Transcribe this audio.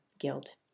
guilt